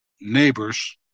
neighbors